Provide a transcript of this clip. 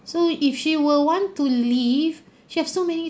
so if she were want to leave she has so many